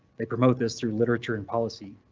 they promote this through literature and policy.